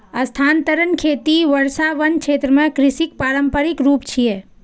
स्थानांतरण खेती वर्षावन क्षेत्र मे कृषिक पारंपरिक रूप छियै